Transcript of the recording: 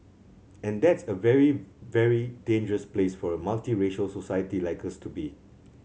and that's a very very dangerous place for a multiracial society like us to be